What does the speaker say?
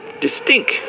distinct